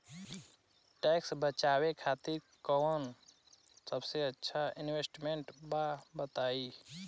Tax बचावे खातिर कऊन सबसे अच्छा इन्वेस्टमेंट बा बताई?